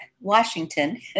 Washington